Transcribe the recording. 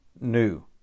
new